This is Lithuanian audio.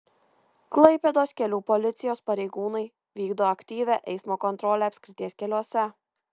klaipėdos kelių policijos pareigūnai vykdo aktyvią eismo kontrolę apskrities keliuose